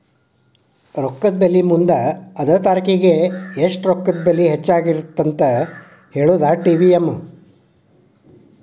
ರೊಕ್ಕದ ಬೆಲಿ ಮುಂದ ಅದ ತಾರಿಖಿಗಿ ಎಷ್ಟ ರೊಕ್ಕದ ಬೆಲಿ ಹೆಚ್ಚಾಗಿರತ್ತಂತ ಹೇಳುದಾ ಟಿ.ವಿ.ಎಂ